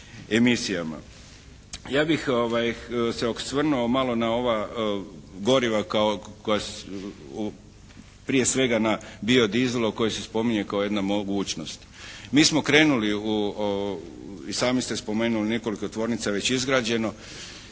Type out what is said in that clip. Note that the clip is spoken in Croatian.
Ja bih se osvrnuo malo na ova goriva koja su, prije svega na bio dizel koja se spominje kao jedna mogućnost. Mi smo krenuli i sami ste spomenuli nekoliko tvornica je već izgrađeno.